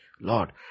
Lord